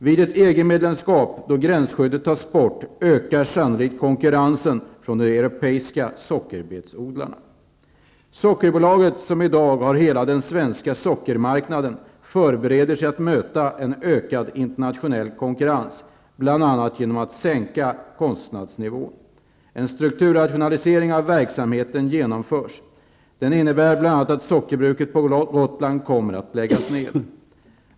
Vid ett EG-medlemskap, då gränsskyddet tas bort, ökar sannolikt konkurrensen från de europeiska sockerbetsodlarna. Sockerbolaget, som i dag har hela den svenska sockermarknaden, förbereder sig att möta en ökad internationell konkurrens, bl.a. genom att sänka kostnadsnivån. En strukturrationalisering av verksamheten genomförs. Den innebär bl.a. att sockerbruket på Gotland kommer att läggas ned.